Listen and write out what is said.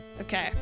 Okay